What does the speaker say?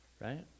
Right